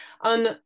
on